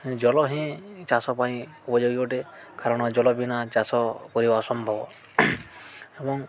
ଜଳ ହିଁ ଚାଷ ପାଇଁ ଉପଯୋଗୀ ଅଟେ କାରଣ ଜଳ ବିନା ଚାଷ କରିବା ଅସମ୍ଭବ ଏବଂ